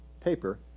paper